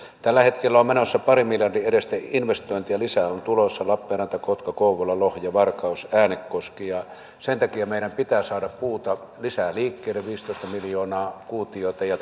tällä hetkellä on menossa parin miljardin edestä investointeja lisää on tulossa lappeenranta kotka kouvola lohja varkaus ja äänekoski ja sen takia meidän pitää saada puuta lisää liikkeelle viisitoista miljoonaa kuutiota ja